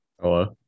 Hello